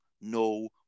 no